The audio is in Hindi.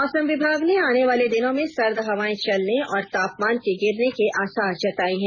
मौसम विभाग ने आने वाले दिनो में सर्द हवाऐ चलने और तापमान के गिरने के आसार जताये है